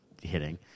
hitting